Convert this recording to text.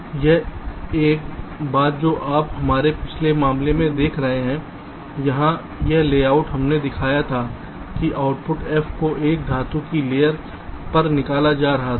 तो अब एक बात जो आप हमारे पिछले मामले में देख रहे हैं यहाँ यह लेआउट हमने दिखाया था कि आउटपुट f को एक धातु की लेयर पर निकाला जा रहा था